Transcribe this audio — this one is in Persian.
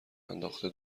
انداخته